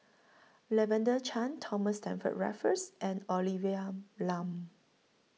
Lavender Chang Thomas Stamford Raffles and Olivia Lum